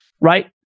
right